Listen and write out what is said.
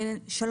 מאוד בקצרה.